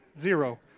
zero